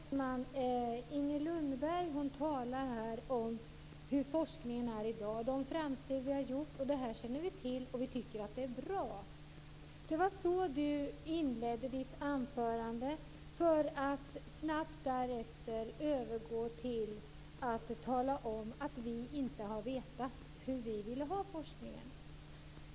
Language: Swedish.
Fru talman! Inger Lundberg talar här om hur forskningen är i dag och de framsteg som vi har gjort. Det känner vi till, och vi tycker att det är bra. Det var så Inger Lundberg inledde sitt anförande, för att snabbt därefter övergå till att tala om att vi kristdemokrater inte har vetat hur vi ville ha forskningen.